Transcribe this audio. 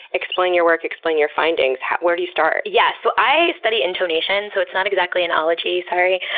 explain your work, explain your findings, where do you start? yeah so i study intonation, so it's not exactly an ology. sorry.